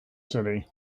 city